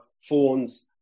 phones